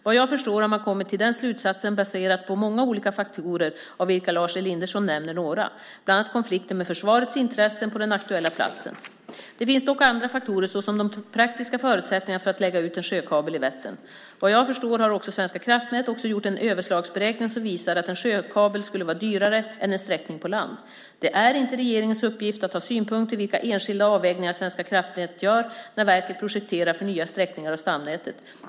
Vad jag förstår har man kommit till den slutsatsen baserat på många olika faktorer av vilka Lars Elinderson nämner några, bland annat konflikten med försvarets intressen på den aktuella platsen. Det finns dock andra faktorer såsom de praktiska förutsättningarna för att lägga ut en sjökabel i Vättern. Vad jag förstår har Svenska kraftnät också gjort en överslagsberäkning som visar att en sjökabel skulle vara dyrare än en sträckning på land. Det är inte regeringens uppgift att ha synpunkter på vilka enskilda avvägningar Svenska kraftnät gör när verket projekterar för nya sträckningar av stamnätet.